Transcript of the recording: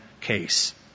case